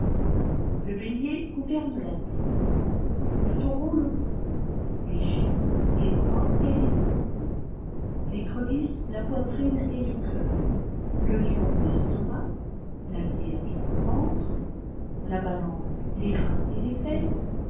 le bélier gouverne la tête le taureau le cou les gémeaux les bras et les épaules l'écrevisse la poitrine et le cœur le lion l'estomac la vierge le ventre la balance les reins et les fesses